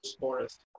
forest